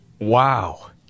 Wow